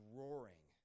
roaring